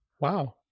wow